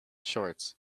shorts